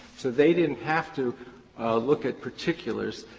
so they didn't have to look at particulars.